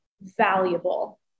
valuable